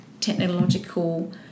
technological